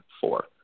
four